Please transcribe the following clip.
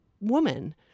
woman